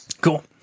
Cool